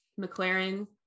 McLaren